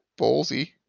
ballsy